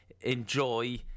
enjoy